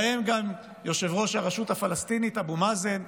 בהם גם יושב-ראש הרשות הפלסטינית אבו מאזן,